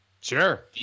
Sure